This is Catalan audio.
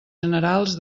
generals